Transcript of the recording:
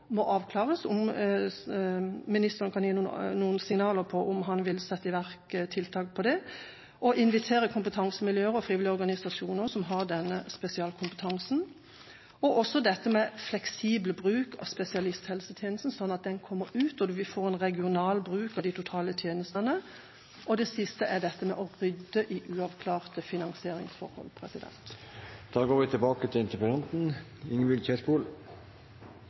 må avklares. Kan ministeren gi noen signaler på om han vil sette i verk tiltak når det gjelder dette, bl.a. invitere kompetansemiljøer og frivillige organisasjoner som har denne spesialkompetansen? Fleksibel bruk av spesialisthelsetjenesten må også avklares, slik at man kommer ut, og vi får en regional bruk av de totale tjenestene. Det siste er å rydde i uavklarte finansieringsforhold.